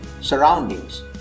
surroundings